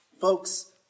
Folks